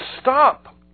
stop